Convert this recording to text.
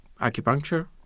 acupuncture